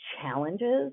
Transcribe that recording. challenges